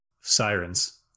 sirens